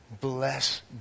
Bless